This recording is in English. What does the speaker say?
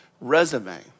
resume